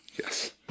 Yes